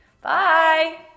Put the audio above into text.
Bye